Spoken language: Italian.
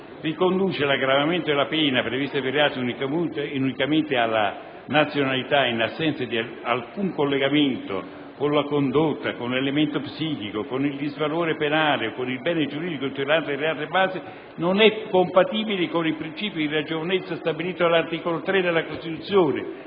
cui riconduce l'aggravamento della pena prevista per il reato unicamente alla nazionalità in assenza di alcun collegamento con la condotta, con l'elemento psichico, con il disvalore penale, con il bene giuridico e quant'altro, non è compatibile con il principio di ragionevolezza stabilito dall'articolo 3 della Costituzione,